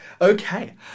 Okay